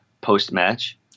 post-match